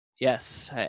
Yes